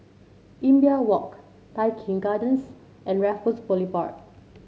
Imbiah Walk Tai Keng Gardens and Raffles Boulevard